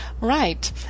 right